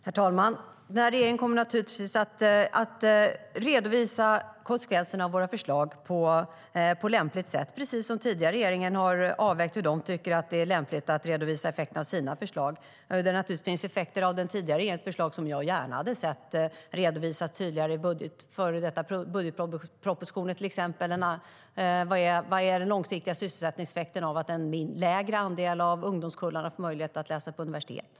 Herr talman! Den här regeringen kommer naturligtvis att redovisa konsekvenserna av sina förslag på lämpligt sätt, precis som den tidigare regeringen har avvägt hur de tycker att det är lämpligt att redovisa effekterna av deras förslag. Det finns effekter av den tidigare regeringens förslag som jag gärna hade sett redovisade i tidigare budgetpropositioner, till exempel den långsiktiga sysselsättningseffekten av att en lägre andel av ungdomskullarna har haft möjlighet att läsa på universitet.